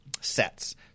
sets